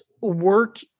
work